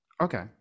Okay